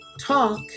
talk